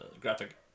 graphic